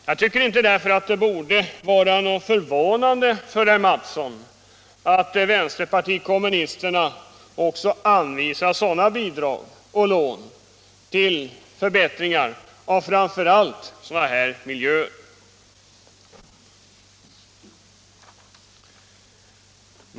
Jag tycker därför inte att det borde vara förvånande för herr Mattsson att vänsterpartiet kommunisterna också vill anvisa bidrag och lån till förbättringar av framför allt sådana här miljöer.